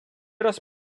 раз